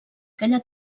aquella